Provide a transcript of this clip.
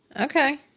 Okay